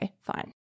fine